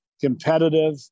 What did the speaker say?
competitive